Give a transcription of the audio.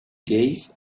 gave